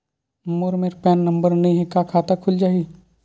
मोर मेर PAN number नई हे का खाता खुल जाही?